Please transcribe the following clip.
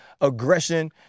aggression